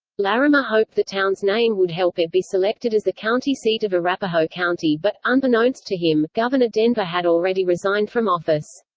larimer hoped the town's name would help it be selected as the county seat of arapaho county but, unbeknownst to him, governor denver had already resigned from office.